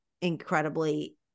incredibly